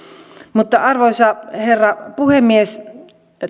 mutta arvoisa herra puhemies